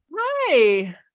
Hi